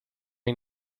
hay